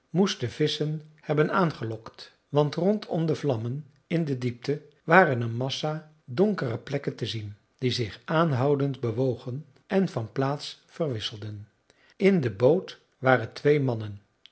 de visschen hebben aangelokt want rondom de vlammen in de diepte waren een massa donkere plekken te zien die zich aanhoudend bewogen en van plaats verwisselden in de boot waren twee mannen